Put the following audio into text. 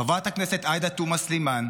חברת הכנסת עאידה תומא סלימאן,